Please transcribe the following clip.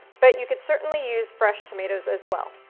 but you could certainly use fresh tomatoes as well.